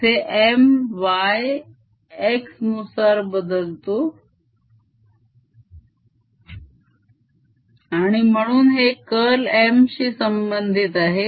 इथे My X नुसार बदलतो आहे आणि म्हणून हे curl M शी संबंधित आहे